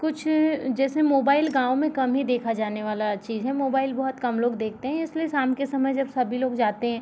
कुछ जैसे मोबाइल गांव में कम ही देखा जाने वाला चीज़ है मोबाइल बहुत कम लोग देखते हैं इसलिए शाम के समय जब सभी लोग जाते हैं